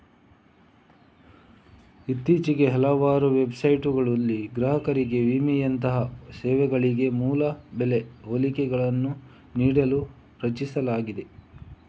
ಇತ್ತೀಚೆಗೆ ಹಲವಾರು ವೆಬ್ಸೈಟುಗಳನ್ನು ಗ್ರಾಹಕರಿಗೆ ವಿಮೆಯಂತಹ ಸೇವೆಗಳಿಗೆ ಮೂಲ ಬೆಲೆ ಹೋಲಿಕೆಗಳನ್ನು ನೀಡಲು ರಚಿಸಲಾಗಿದೆ